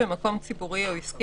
במקום ציבורי או עסקי,